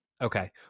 Okay